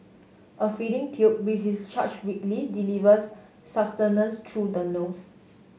a feeding tube which is charge weekly delivers sustenance through the nose